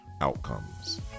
Outcomes